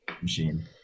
machine